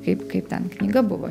kaip kaip ten knyga buvo